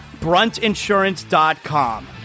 BruntInsurance.com